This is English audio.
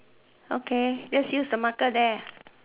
okay just use the marker there